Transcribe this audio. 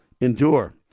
Endure